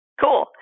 Cool